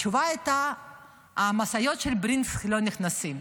התשובה הייתה שהמשאיות של ברינקס לא נכנסות.